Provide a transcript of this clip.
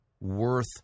worth